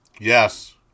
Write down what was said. Yes